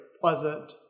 pleasant